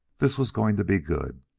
this was going to be good!